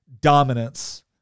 dominance